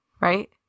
right